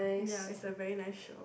ya it's a very nice show